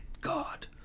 god